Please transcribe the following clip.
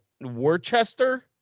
Worcester